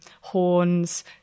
horns